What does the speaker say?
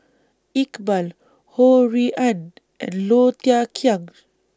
Iqbal Ho Rui An and Low Thia Khiang